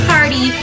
Party